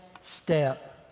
step